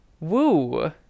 Woo